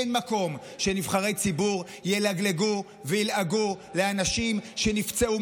אין מקום שנבחרי ציבור ילגלגו וילעגו לאנשים שנפצעו,